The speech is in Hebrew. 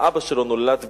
האבא שלו נולד בצפת,